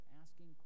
asking